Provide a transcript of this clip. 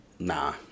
Nah